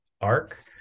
ARC